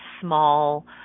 small